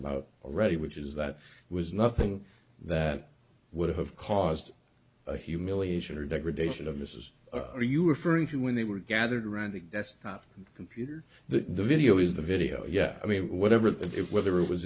about ready which is that was nothing that would have caused a humiliation or degradation of this is are you referring to when they were gathered around the desktop computer the video is the video yeah i mean whatever it whether it was